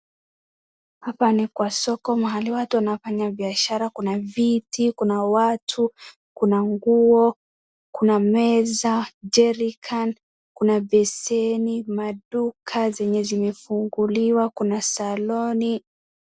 Hapa ni kwa soko mahali watu wanafanya biashara. Kuna viti, kuna watu, kuna nguo, kuna meza, jerry can , kuna beseni, maduka zenye zimefunguliwa, kuna saloni.